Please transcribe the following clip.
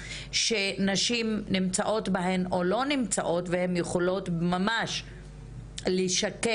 שנשים נמצאות בהן או לא נמצאות והן יכולות ממש לשקף